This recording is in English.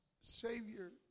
Savior